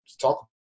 talk